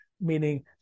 meaning